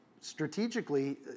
strategically